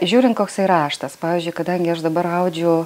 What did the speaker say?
žiūrint koksai raštas kadangi aš dabar audžiu